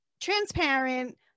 transparent